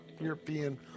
European